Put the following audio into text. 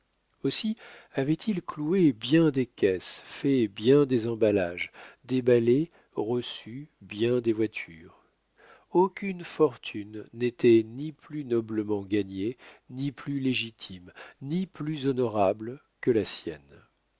aussi avait-il cloué bien des caisses fait bien des emballages déballé reçu bien des voitures aucune fortune n'était ni plus noblement gagnée ni plus légitime ni plus honorable que la sienne